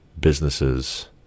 businesses